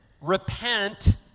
Repent